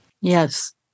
Yes